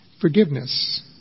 forgiveness